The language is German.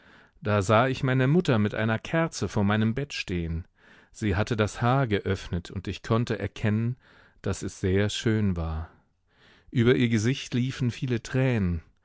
da sah ich meine mutter mit einer kerze vor meinem bett stehen sie hatte das haar geöffnet und ich konnte erkennen daß es sehr schön war über ihr gesicht liefen viele tränen